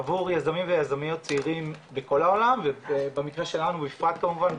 עבור יזמים ויזמיות צעירים בכל העולם ובמקרה שלנו בפרט כמובן,